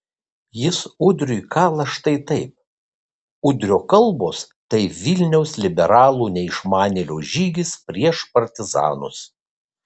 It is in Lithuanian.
jis udriui kala štai taip udrio kalbos tai vilniaus liberalų neišmanėlio žygis prieš partizanus